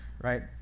right